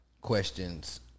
questions